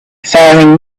faring